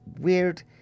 weird